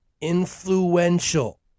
Influential